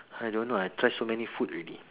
I don't know I try so many food already